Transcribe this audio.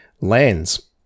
Lands